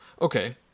Okay